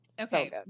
Okay